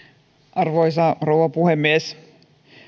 arvoisa rouva puhemies